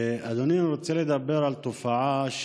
אדוני, אני רוצה לדבר על תופעה.